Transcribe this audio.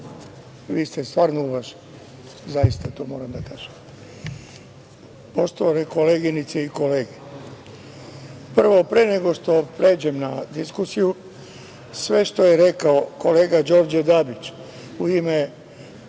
vi ste stvarno uvaženi, zaista to moram da kažem, poštovane koleginice i kolege, pre nego što pređem na diskusiju, sve što je rekao Đorđe Dabić, u ime